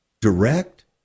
direct